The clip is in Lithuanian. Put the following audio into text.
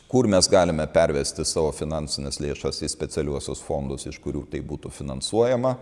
kur mes galime pervesti savo finansines lėšas į specialiuosius fondus iš kurių tai būtų finansuojama